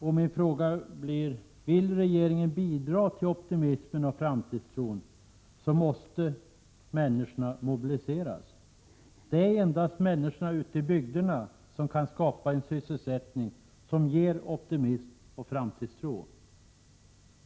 Om regeringen vill bidra till optimism och framtidstro, måste dessa människor mobiliseras. Det är endast människorna som kan skapa en sysselsättning som inger optimism och framtidstro.